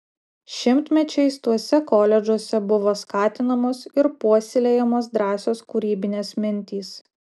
šimtmečiais tuose koledžuose buvo skatinamos ir puoselėjamos drąsios kūrybinės mintys